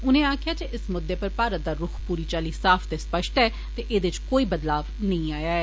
उनें आक्खेआ जे इस मुद्दे उप्पर भारत दा रुख पूरी चाली साफ ते स्पष्ट ऐ ते ऐदे च कोई बदलाव नेई होआ ऐ